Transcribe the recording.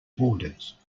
borders